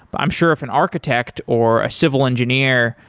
i'm sure if an architect, or a civil engineer,